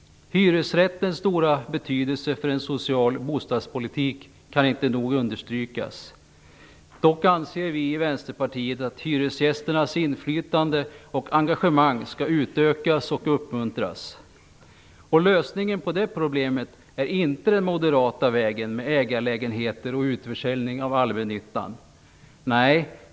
Hyresrättens stora betydelse för en social bostadspolitik kan inte nog understrykas. Dock anser vi i Vänsterpartiet att hyresgästernas inflytande och engagemang skall utökas och uppmuntras. Lösningen på det problemet är inte den moderata vägen med ägarlägenheter och utförsäljning av allmännyttan.